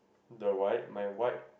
the white my white